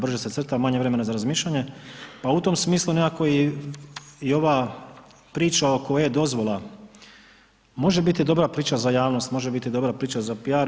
Brže se crta, manje vremena za razmišljanje, pa u tom smislu nekako i ova i priča ok e-dozvola može biti dobra priča za javnost, može biti dobra priča za pijar.